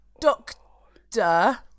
Doctor